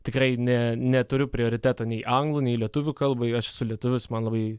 tikrai ne neturiu prioriteto nei anglų nei lietuvių kalbai aš esu lietuvis man labai